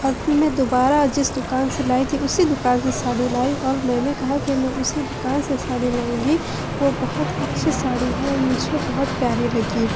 اور پھر میں دوبارہ جس دکان سے لائی تھی اسی دکان سے ساڑی لائی اور میں کہا کہ میں اسی دکان سے ساڑی لاؤں گی وہ بہت اچھی ساڑی ہے اور مجھے بہت پیاری لگی